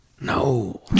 No